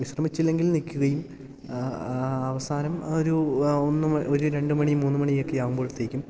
വിശ്രമിച്ചില്ലെങ്കിൽ നിൽക്കുകയും അവസാനം ആ ഒരു ആ ഒന്ന് ഒരു രണ്ട് മണി മൂന്ന് മണിയൊക്കെയാകുമ്പോഴത്തേക്കും